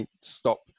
stop